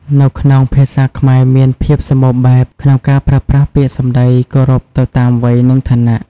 នៅក្នុងភាសាខ្មែរមានភាពសម្បូរបែបក្នុងការប្រើប្រាស់ពាក្យសំដីគោរពទៅតាមវ័យ និងឋានៈ។